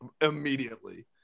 immediately